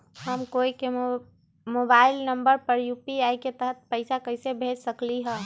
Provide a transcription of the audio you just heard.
हम कोई के मोबाइल नंबर पर यू.पी.आई के तहत पईसा कईसे भेज सकली ह?